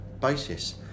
basis